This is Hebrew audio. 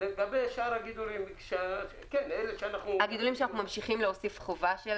הגידולים שאנחנו ממשיך להוסיף חובה,